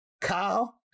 Kyle